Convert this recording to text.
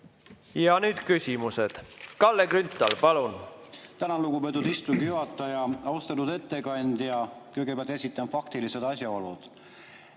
Ja nüüd küsimused. Kalle Grünthal, palun! Tänan, lugupeetud istungi juhataja! Austatud ettekandja! Kõigepealt esitan faktilised asjaolud.